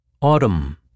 Autumn